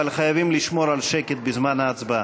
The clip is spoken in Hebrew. אבל חייבים לשמור על שקט בזמן ההצבעה.